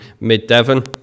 Mid-Devon